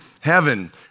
heaven